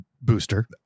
booster